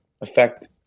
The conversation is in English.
affect –